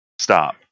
Stop